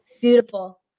beautiful